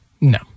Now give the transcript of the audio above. No